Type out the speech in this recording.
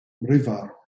river